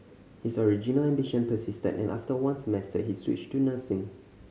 his original ambition persisted and after one semester he switched to nursing